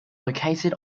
located